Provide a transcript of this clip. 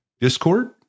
discord